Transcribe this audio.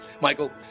Michael